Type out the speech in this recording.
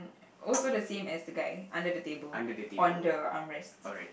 also the same as the guy under the table on the arm rest